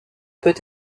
peut